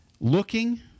looking